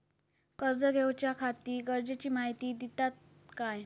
कर्ज घेऊच्याखाती गरजेची माहिती दितात काय?